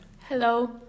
Hello